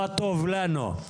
מה טוב לנו.